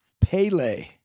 Pele